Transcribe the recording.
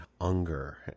Unger